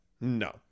No